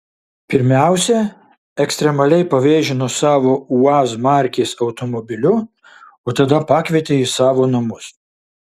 pirmiausia ekstremaliai pavėžino savo uaz markės automobiliu o tada pakvietė į savo namus